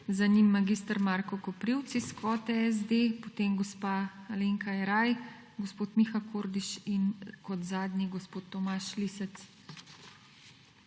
za njim mag. Marko Koprivc iz kvote SD, potem gospa Alenka Jeraj, gospod Miha Kordiš in kot zadnji gospod Tomaž Lisec.